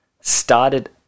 started